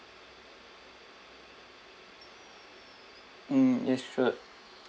mm yes sure